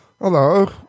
Hello